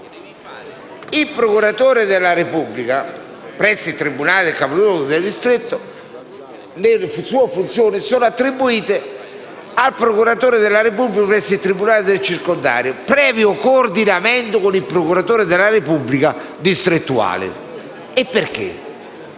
del procuratore della Repubblica presso il tribunale del capoluogo del distretto sono attribuite al procuratore della Repubblica presso il tribunale del circondario, previo coordinamento con il procuratore della Repubblica distrettuale. Perché?